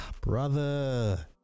brother